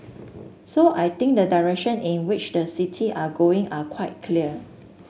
so I think the direction in which the city are going are quite clear